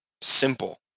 simple